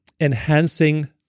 enhancing